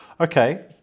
Okay